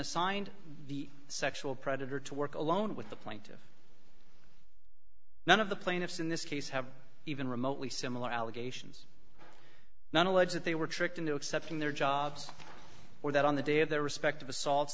assigned the sexual predator to work alone with the plaintiff none of the plaintiffs in this case have even remotely similar allegations not allege that they were tricked into accepting their jobs or that on the day of their respective assaults